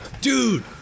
dude